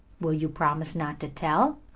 will you promise not to tell?